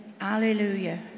Alleluia